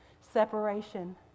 Separation